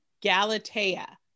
Galatea